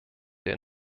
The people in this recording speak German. der